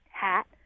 hat